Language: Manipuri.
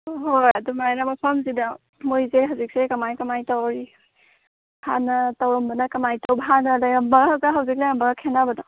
ꯍꯣꯍꯣꯏ ꯑꯗꯨꯃꯥꯏꯅ ꯃꯐꯝꯁꯤꯗ ꯃꯣꯏꯁꯦ ꯍꯧꯖꯤꯛꯁꯦ ꯀꯃꯥꯏ ꯀꯃꯥꯏꯅ ꯇꯧꯔꯤ ꯍꯥꯟꯅ ꯇꯧꯔꯝꯕꯅ ꯀꯃꯥꯏ ꯇꯧꯕ ꯍꯥꯟꯅ ꯂꯩꯔꯝꯕꯒ ꯍꯧꯖꯤꯛ ꯂꯩꯔꯝꯕꯒ ꯈꯦꯠꯅꯕꯗꯣ